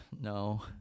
No